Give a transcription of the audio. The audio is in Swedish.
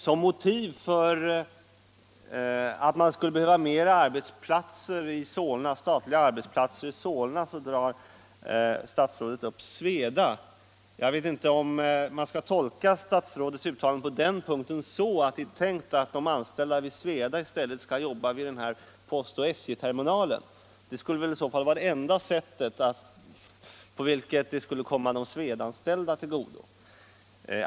Som motiv för att det skulle behövas fler statliga arbetsplatser i Solna drar statsrådet upp Sweda. Jag vet inte om man skall tolka statsrådets uttalande på den punkten så, att det är tänkt att de anställda vid Sweda i stället skall jobba vid den här SJ och postterminalen. Det skulle väl i så fall vara enda sättet på vilket terminalen skulle komma de Swedaanställda till godo.